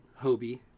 Hobie